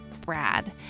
Brad